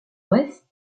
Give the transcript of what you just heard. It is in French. ouest